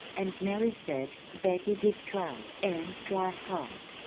and mary said betty did try, and try hard.